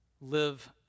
live